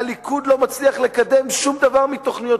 הליכוד לא מצליח לקדם שום דבר מהתוכניות